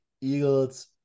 Eagles